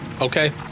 Okay